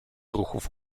ruchów